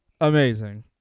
amazing